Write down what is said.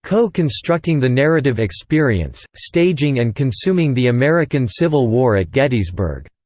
co-constructing the narrative experience staging and consuming the american civil war at gettysburg,